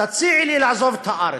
תציעי לי לעזוב את הארץ.